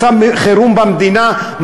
מצב חירום במדינה,